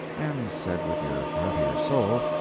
and said with your heartier soul,